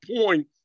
point